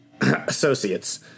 associates